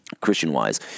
Christian-wise